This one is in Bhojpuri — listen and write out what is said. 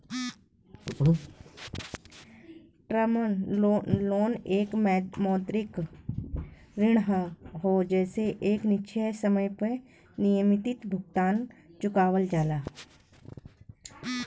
टर्म लोन एक मौद्रिक ऋण हौ जेसे एक निश्चित समय में नियमित भुगतान चुकावल जाला